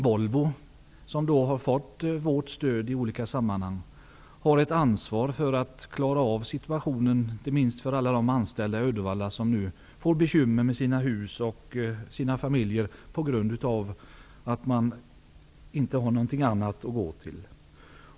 Volvo har fått samhällets stöd i olika sammanhang och har därför ett ansvar för att klara av situationen, inte minst för alla anställda i Uddevalla som nu får bekymmer med familjeekonomin och sina hus på grund av att man inte har något annat jobb att gå till.